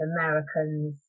Americans